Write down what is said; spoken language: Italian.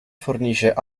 fornisce